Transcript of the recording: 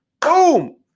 Boom